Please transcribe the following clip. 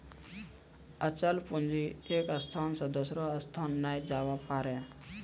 अचल पूंजी एक स्थान से दोसरो स्थान नै जाबै पारै